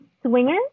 swinger